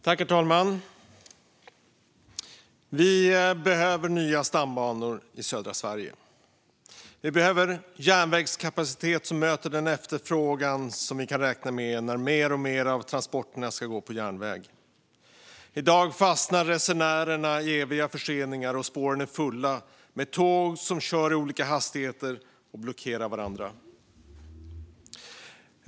Herr talman! Vi behöver nya stambanor i södra Sverige. Vi behöver järnvägskapacitet som möter den efterfrågan som vi kan räkna med när mer och mer av transporterna ska gå på järnväg. I dag fastnar resenärerna i eviga förseningar, och spåren är fulla med tåg som kör i olika hastigheter och blockerar varandra.